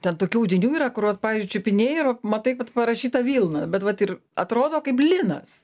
ten tokių audinių yra kur vat pavyzdžiui čiupinėji ir vat matai kad parašyta vilna bet vat ir atrodo kaip linas